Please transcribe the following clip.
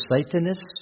Satanists